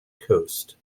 coast